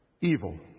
Evil